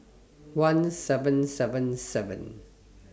one seven seven seven